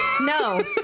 No